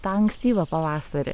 tą ankstyvą pavasarį